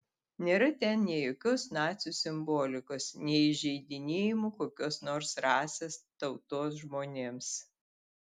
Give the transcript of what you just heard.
nėra ten nei jokios nacių simbolikos nei įžeidinėjimų kokios nors rasės tautos žmonėms